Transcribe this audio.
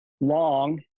long